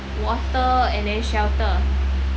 water and then shelter